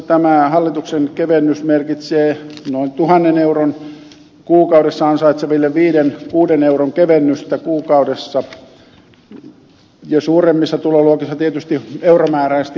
tämä hallituksen kevennys merkitsee pienissä tuloluokissa noin tuhannen euroa kuukaudessa ansaitseville viiden kuuden euron kevennystä kuukaudessa ja suuremmissa tuloluokissa tietysti euromääräisesti huomattavasti enemmän